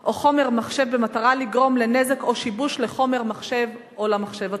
או לחומר מחשב במטרה לגרום נזק או שיבוש לחומר מחשב או למחשב עצמו,